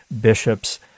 bishops